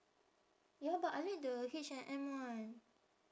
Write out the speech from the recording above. ya but I like the H&M one